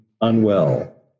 unwell